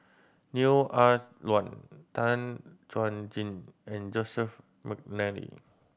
Neo Ah Luan Tan Chuan Jin and Joseph McNally